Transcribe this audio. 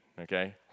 okay